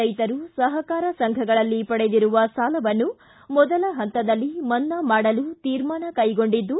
ರೈತರು ಸಹಕಾರ ಸಂಘಗಳಲ್ಲಿ ಪಡೆದಿರುವ ಸಾಲವನ್ನು ಮೊದಲ ಪಂತದಲ್ಲಿ ಮನ್ನಾ ಮಾಡಲು ತೀರ್ಮಾನ ಕೈಗೊಂಡಿದ್ದು